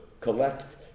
collect